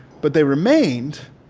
but they remained,